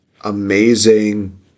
amazing